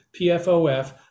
PFOF